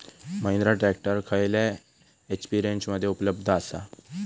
Mahindra tractor खयल्या HP रेंजमध्ये उपलब्ध आसा?